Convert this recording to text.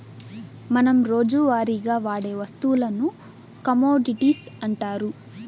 మనం రోజువారీగా వాడే వస్తువులను కమోడిటీస్ అంటారు